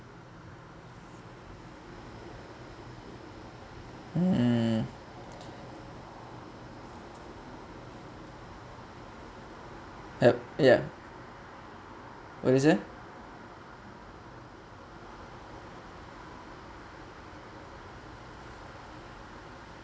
hmm yup ya what did you say